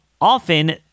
often